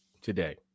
today